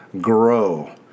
grow